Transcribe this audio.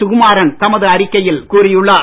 சுகுமாறன் தமது அறிக்கையில் கூறியுள்ளார்